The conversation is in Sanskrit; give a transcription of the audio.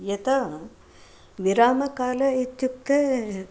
यदा विरामकालः इत्युक्ते